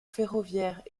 ferroviaire